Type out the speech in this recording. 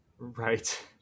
Right